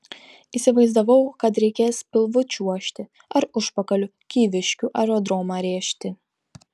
įsivaizdavau kad reikės pilvu čiuožti ar užpakaliu kyviškių aerodromą rėžti